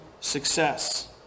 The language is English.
success